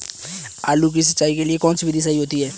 आलू की सिंचाई के लिए कौन सी विधि सही होती है?